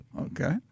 Okay